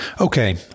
Okay